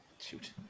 Shoot